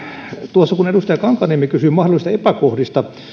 tuossa kun edustaja kankaanniemi kysyi mahdollisista epäkohdista